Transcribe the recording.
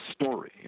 story